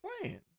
playing